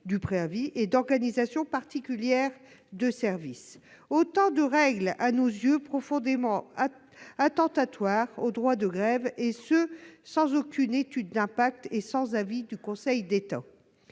du préavis » et d'organisation particulière de service. Autant de règles à nos yeux profondément attentatoires au droit de grève, et ce sans aucune étude d'impact et sans avis du Conseil d'État.